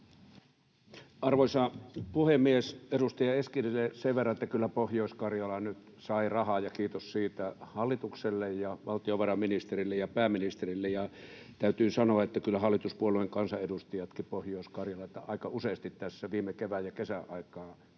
Arvoisa puhemies! Edustaja Eskelinen, sen verran, että kyllä Pohjois-Karjala nyt sai rahaa ja kiitos siitä hallitukselle ja valtiovarainministerille ja pääministerille. Täytyy sanoa, että kyllä hallituspuolueiden kansanedustajatkin Pohjois-Karjalaa aika useasti tässä viime kevään ja kesän aikana pitivät